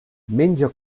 menja